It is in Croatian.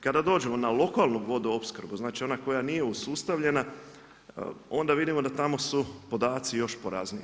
Kada dođemo na lokalnu vodoopskrbu, znači ona koja nije usustavljena, onda vidimo da tamo su podaci još porazniji.